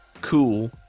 cool